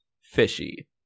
fishy